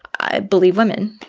i believe women